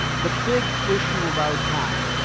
the big issue of our time,